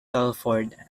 telford